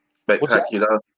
spectacular